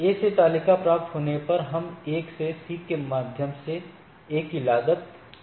A से तालिका प्राप्त करने पर हम A से C के माध्यम से A की लागत 4 देखते हैं